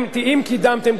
אם קידמתם,